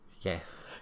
Yes